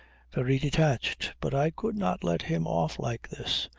very detached. but i could not let him off like this.